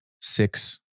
six